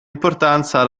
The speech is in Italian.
importanza